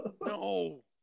No